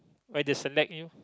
why they select you